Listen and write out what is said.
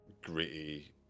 gritty